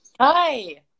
hi